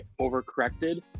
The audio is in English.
overcorrected